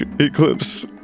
eclipse